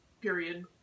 period